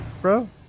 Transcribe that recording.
bro